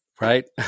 right